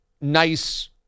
nice